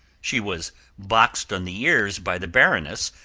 she was boxed on the ears by the baroness,